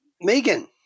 Megan